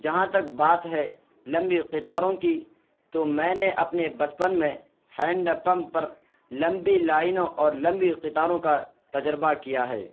جہاں تک بات ہے لمبی قطاروں کی تو میں نے اپنے بچپن میں ہینڈ پمپ پر لمبی لائنوں اور لمبی قطاروں کا تجربہ کیا ہے